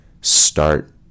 start